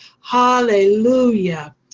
Hallelujah